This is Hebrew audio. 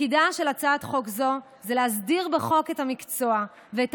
תפקידה של הצעת חוק זו להסדיר בחוק את המקצוע ואת